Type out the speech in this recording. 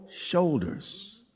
shoulders